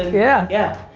yeah. yeah.